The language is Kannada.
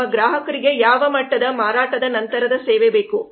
ನಮ್ಮ ಗ್ರಾಹಕರಿಗೆ ಯಾವ ಮಟ್ಟದ ಮಾರಾಟದ ನಂತರದ ಸೇವೆ ಬೇಕು